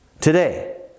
today